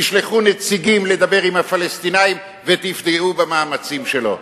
תשלחו נציגים לדבר עם הפלסטינים ותפגעו במאמצים שלו.